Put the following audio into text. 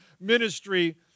ministry